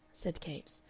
said capes.